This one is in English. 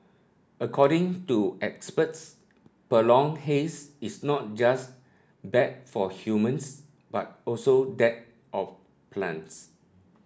according to experts prolonged haze is not just bad for humans but also that of plants